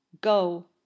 go